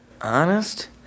Honest